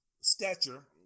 stature